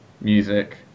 music